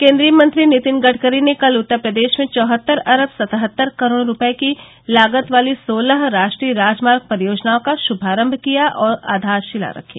केन्द्रीय मंत्री नितिन गडकरी ने कल उत्तर प्रदेश में चौहत्तर अरब सतहत्तर करोड़ रुपये की लागत वाली सोलह राष्ट्रीय राजमार्ग परियोजनाओं का श्मारंभ किया और आधारशिला रखी